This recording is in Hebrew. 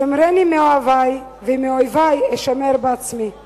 שומרני מאוהבי, ומאויבי אשמר בעצמי";